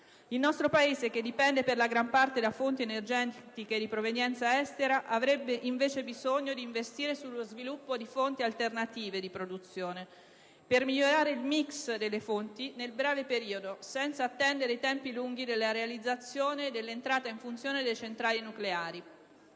Il nostro Paese, che dipende per la gran parte da fonti energetiche di provenienza estera, avrebbe invece bisogno di investire sullo sviluppo di fonti alternative di produzione per migliorare il *mix* delle fonti nel breve periodo, senza attendere i tempi lunghi della realizzazione e dell'entrata in funzione delle centrali nucleari.